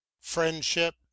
friendship